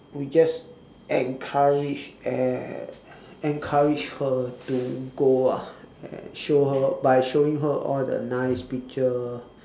we just encourage and encourage her to go ah and show her by showing her all the nice picture